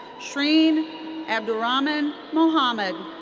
shreen abdorrahman mohammad.